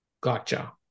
Gotcha